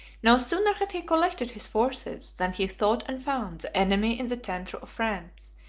no sooner had he collected his forces, than he sought and found the enemy in the centre of france,